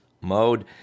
mode